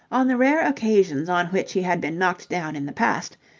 on the rare occasions on which he had been knocked down in the past,